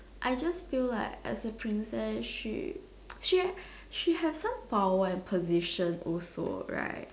I just feel like as a princess she she she has some power and position also right